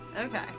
Okay